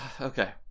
Okay